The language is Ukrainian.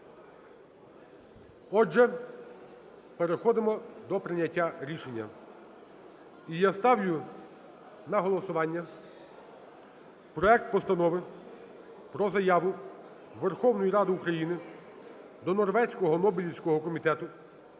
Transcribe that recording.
Отже, переходимо до прийняття рішення. І я ставлю на голосування проект Постанови про Заяву Верховної Ради України до Норвезького Нобелівського комітету